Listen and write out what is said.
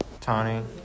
Tony